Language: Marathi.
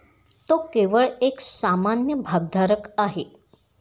तो केवळ एक सामान्य भागधारक आहे